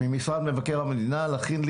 היא הנושא של רמת השירות, מה שאנחנו מכנים ה-SLA.